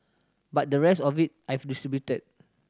but the rest of it I've distributed